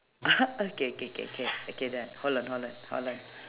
okay k k k k done hold on hold on hold on